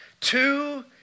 Two